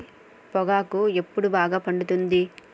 పొగాకు ఎప్పుడు బాగా పండుతుంది?